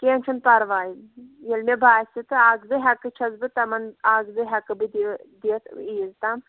کیٚنٛہہ چھُنہٕ پَرواے ییٚلہِ مےٚ باسہِ تہٕ اَکھ زٕ ہٮ۪کہٕ چھَس بہٕ تِمَن اَکھ زٕ ہٮ۪کہٕ بہٕ دِ دِتھ عیٖذ تام